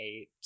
eight